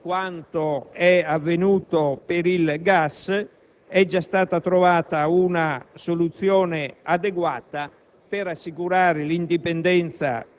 Con questo provvedimento si completa l'azione nel settore dell'energia elettrica, arrivando alla piena